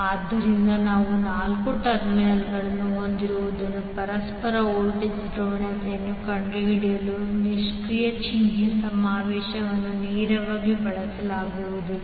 ಆದ್ದರಿಂದ ನಾವು ನಾಲ್ಕು ಟರ್ಮಿನಲ್ಗಳನ್ನು ಹೊಂದಿರುವುದರಿಂದ ಪರಸ್ಪರ ವೋಲ್ಟೇಜ್ನ ಧ್ರುವೀಯತೆಯನ್ನು ಕಂಡುಹಿಡಿಯಲು ನಾವು ನಿಷ್ಕ್ರಿಯ ಚಿಹ್ನೆ ಸಮಾವೇಶವನ್ನು ನೇರವಾಗಿ ಬಳಸಲಾಗುವುದಿಲ್ಲ